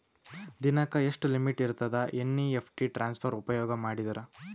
ದಿನಕ್ಕ ಎಷ್ಟ ಲಿಮಿಟ್ ಇರತದ ಎನ್.ಇ.ಎಫ್.ಟಿ ಟ್ರಾನ್ಸಫರ್ ಉಪಯೋಗ ಮಾಡಿದರ?